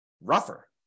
rougher